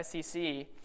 SEC